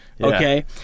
Okay